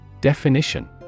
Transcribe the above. Definition